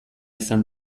izan